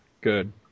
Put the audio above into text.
good